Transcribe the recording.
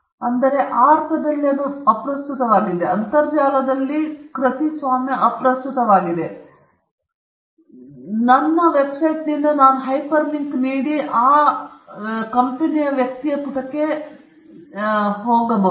ಆದ್ದರಿಂದ ಆ ಅರ್ಥದಲ್ಲಿ ಅದು ಅಪ್ರಸ್ತುತವಾಗಿದೆ ಅಂತರ್ಜಾಲದಲ್ಲಿ ಕೃತಿಸ್ವಾಮ್ಯ ಅಪ್ರಸ್ತುತವಾಗಿದೆ ಏಕೆಂದರೆ ನನ್ನ ವೆಬ್ಸೈಟ್ನಿಂದ ನಾನು ಹೈಪರ್ ಲಿಂಕ್ ನೀಡಲು ಮತ್ತು ಆ ವ್ಯಕ್ತಿಯ ಪುಟಕ್ಕೆ ತೆಗೆದುಕೊಳ್ಳಬಹುದು